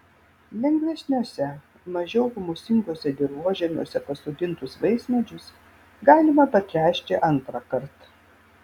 lengvesniuose mažiau humusinguose dirvožemiuose pasodintus vaismedžius galima patręšti antrąkart